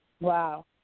Wow